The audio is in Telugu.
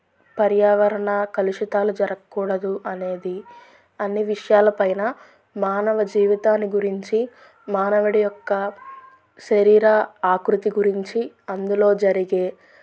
పర్యావరణ కలుషితాలు జరగకూడదు అనేది అన్ని విషయాల పైన మానవ జీవితాన్ని గురించి మానవుడి యొక్క శరీర ఆకృతి గురించి అందులో జరిగే